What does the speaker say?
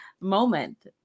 moment